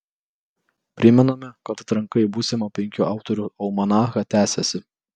primename kad atranka į būsimą penkių autorių almanachą tęsiasi